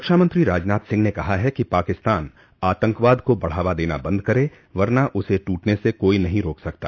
रक्षामंत्री राजनाथ सिंह ने कहा है कि पाकिस्तान आतंकवाद को बढ़ावा देना बंद करे वरना उसे टूटने से कोई नहीं रोक सकता